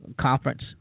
conference